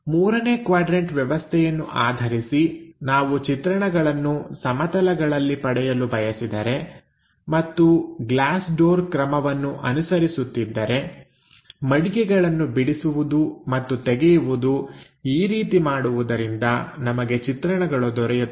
ಮೂರನೇ ಕ್ವಾಡ್ರನ್ಟ ವ್ಯವಸ್ಥೆಯನ್ನು ಆಧರಿಸಿ ನಾವು ಚಿತ್ರಣಗಳನ್ನು ಸಮತಲಗಳಲ್ಲಿ ಪಡೆಯಲು ಬಯಸಿದರೆ ಮತ್ತು ಗ್ಲಾಸ್ ಡೋರ್ ಕ್ರಮವನ್ನು ಅನುಸರಿಸುತ್ತಿದ್ದರೆ ಮಡಿಕೆಗಳನ್ನು ಬಿಡಿಸುವುದು ಮತ್ತು ತೆಗೆಯುವುದು ಈ ರೀತಿ ಮಾಡುವುದರಿಂದ ನಮಗೆ ಚಿತ್ರಣಗಳು ದೊರೆಯುತ್ತದೆ